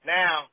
now